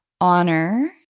honor